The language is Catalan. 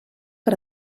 per